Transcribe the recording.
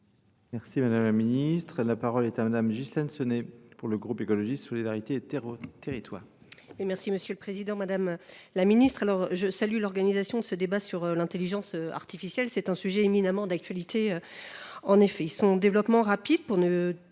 Merci Madame la Ministre. La parole est à Madame Justine Sonnet pour le groupe Écologie, Solidarité et Territoires.